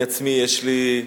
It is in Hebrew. אני עצמי, יש לי,